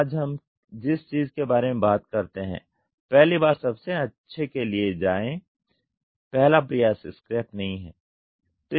आज हम जिस चीज के बारे में बात करते हैं पहली बार सबसे अच्छे के लिए जाये पहला प्रयास स्क्रैप नहीं है